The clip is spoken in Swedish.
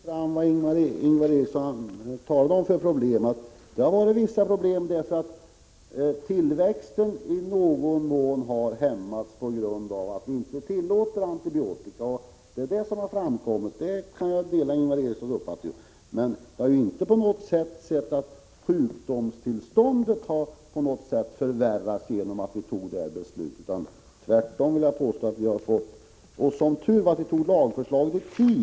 Herr talman! Nu kom det fram vad det är för problem som Ingvar Eriksson talar om. Problemet har varit att tillväxten i någon mån hämmats på grund av att vi inte tillåter antibiotika. Det är det som har framkommit — i det avseendet kan jag dela Ingvar Erikssons uppfattning, men vi har inte alls sett att sjukdomstillståndet på något sätt förvärrats till följd av det här beslutet. Tvärtom, vill jag påstå. Som tur var antog vi lagförslaget i tid.